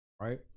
right